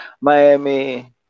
Miami